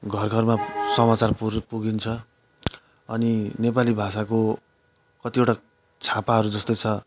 घर घरमा समाचार पुर पुगिन्छ अनि नेपाली भाषाको कतिवटा छापाहरू जस्तो छ